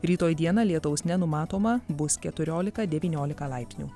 rytoj dieną lietaus nenumatoma bus keturiolika devyniolika laipsnių